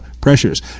pressures